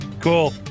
Cool